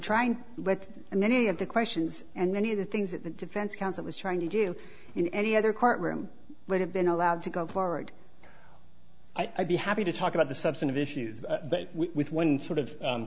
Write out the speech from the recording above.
trying with and many of the questions and many of the things that the defense counsel was trying to do in any other courtroom would have been allowed to go forward i'd be happy to talk about the substantive issues with one sort of